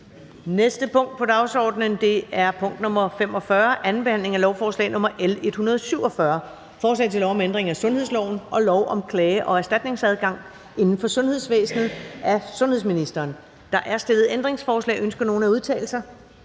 næste punkt på dagsordenen er: 45) 2. behandling af lovforslag nr. L 147: Forslag til lov om ændring af sundhedsloven og lov om klage- og erstatningsadgang inden for sundhedsvæsenet. (Lægers varetagelse af vaccinationsopgaver, Statens